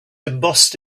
embossed